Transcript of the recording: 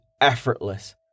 effortless